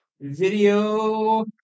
video